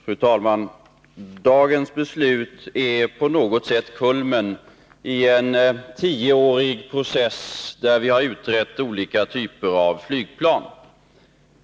Fru talman! Dagens beslut är på något sätt kulmen på en tioårig process, där vi har utrett olika typer av flygplan.